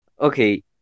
okay